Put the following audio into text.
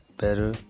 better